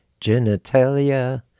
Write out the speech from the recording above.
genitalia